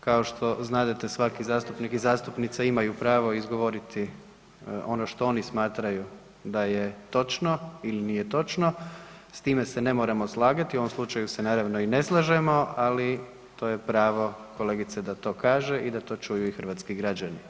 Kao što znadete svaki zastupnik i zastupnica imaju pravo izgovoriti ono što oni smatraju da je točno ili nije točno, s time se ne moramo slagati, u ovom slučaju se naravno i ne slažemo, ali to je pravo kolegice da to kaže i da to čuju i hrvatski građani.